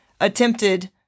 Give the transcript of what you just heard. attempted